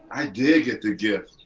i did get the gift.